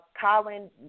Colin